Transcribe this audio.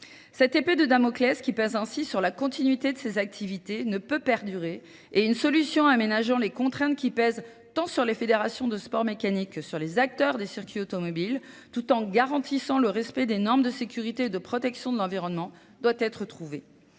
Cette épée de Damoclès qui pèse ainsi sur la continuité de ces activités ne peut perdurer et une solution aménageant les contraintes qui pèsent tant sur les fédérations de sport mécanique que sur les acteurs des circuits automobiles tout en garantissant le respect des normes de sécurité et de protection de l'environnement doit être trouvée.